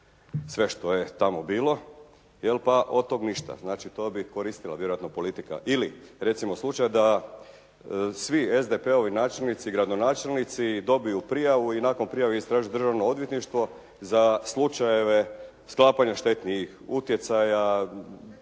sve što je tamo bilo, pa od toga ništa. Znači, to bi koristila vjerojatno politika. Ili recimo, slučaj da svi SDP-ovi načelnici i gradonačelnici dobiju prijavu i nakon prijave …/Govornik se ne razumije./… državno odvjetništvo za slučajeve sklapanja štetnih utjecaja,